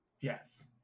yes